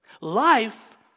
Life